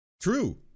True